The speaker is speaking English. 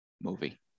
movie